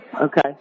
okay